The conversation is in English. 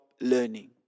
learning